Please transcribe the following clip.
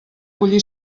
collir